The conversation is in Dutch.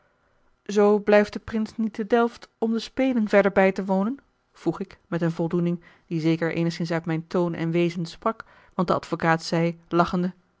zoo blijft de prins niet te delft om de spelen verder bij te wonen vroeg ik met eene voldoening die zeker eenigszins uit mijn toon en wezen sprak want de advocaat zeî lachende